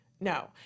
No